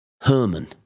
Herman